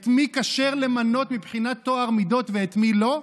את מי כשר למנות מבחינת טוהר מידות ואת מי לא?